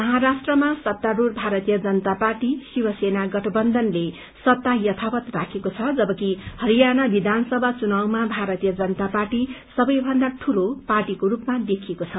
महाराष्ट्रमा सत्तारूढ़ भारतीय जनता पार्टी श्विसेना गठबन्धनले सत्ता यथावत राखेको छ जबकि हरियाणा विधानसभा चुनाउमा भारतीय जनता पार्टी सबैभन्दा दूलो पार्टीको रूपमा देखिएको छ